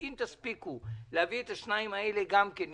אם תספיקו להביא גם את שני הפרויקטים האחרים עם